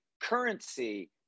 currency